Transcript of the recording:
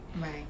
Right